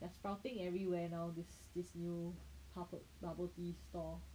there's sprouting everywhere now this this new bubbl~ bubble tea store